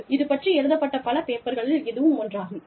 இது பற்றி எழுதப்பட்ட பல பேப்பர்களில் இதுவும் ஒன்றாகும்